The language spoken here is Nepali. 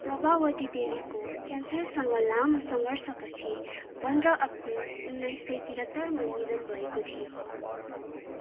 प्रभावती देवीको क्यान्सरसँग लामो सङ्घर्षपछि पन्ध्र अप्रेल उन्नाइस सय त्रिहत्तरमा निधन भएको थियो